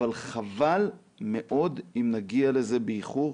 אבל חבל מאוד אם נגיע לזה באיחור.